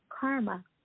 Karma